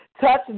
Touch